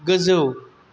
गोजौ